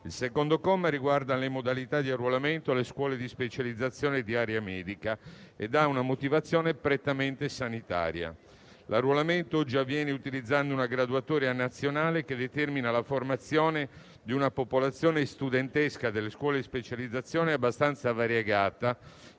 Il secondo comma riguarda le modalità di arruolamento alle scuole di specializzazione di area medica; tale provvedimento ha una motivazione prettamente sanitaria. L'arruolamento oggi avviene utilizzando una graduatoria nazionale che determina la formazione di una popolazione studentesca delle scuole di specializzazione abbastanza variegata